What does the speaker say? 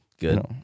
good